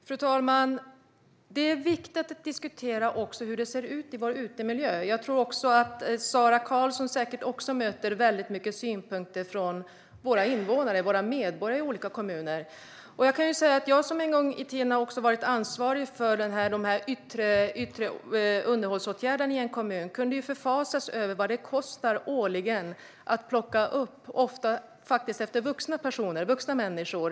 Fru talman! Det är viktigt att också diskutera hur det ser ut i vår utemiljö. Jag tror att säkert också Sara Karlsson möter mycket synpunkter från våra medborgare och från invånare i olika kommuner. Jag, som en gång i tiden var ansvarig för de yttre underhållsåtgärderna i en kommun, förfasas över vad det årligen kostar att plocka upp, ofta efter vuxna människor.